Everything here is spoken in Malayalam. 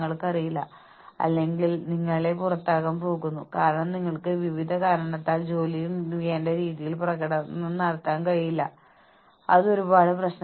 നിങ്ങൾക്കറിയില്ലെങ്കിൽ നിങ്ങൾ എത്രമാത്രം പ്രവർത്തിക്കുന്നുവോ അത് മാത്രമേ നിങ്ങൾക്ക് ലഭിക്കുകയുള്ളൂവെന്നും അതിൽ കുറവൊന്നുമില്ലെന്നും നിങ്ങളോട് പറയുന്നു